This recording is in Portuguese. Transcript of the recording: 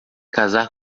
casar